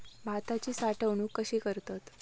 भाताची साठवूनक कशी करतत?